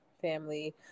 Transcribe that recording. family